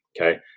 Okay